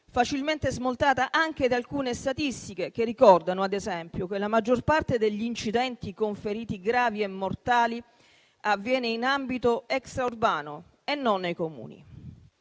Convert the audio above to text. facilmente smontata anche da alcune statistiche che ricordano, ad esempio, che la maggior parte degli incidenti con feriti gravi e mortali avviene in ambito extraurbano e non nei Comuni.